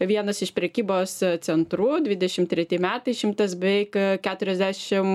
vienas iš prekybos centrų dvidešim treti metai šimtas beveik keturiasdešim